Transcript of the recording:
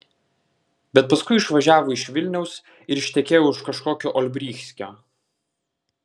bet paskui išvažiavo iš vilniaus ir ištekėjo už kažkokio olbrychskio